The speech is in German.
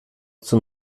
zum